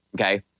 okay